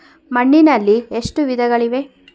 ಮಣ್ಣಿನಲ್ಲಿ ಎಷ್ಟು ವಿಧಗಳಿವೆ?